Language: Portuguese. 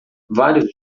vários